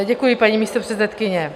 Děkuji, paní místopředsedkyně.